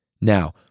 Now